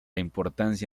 importancia